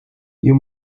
you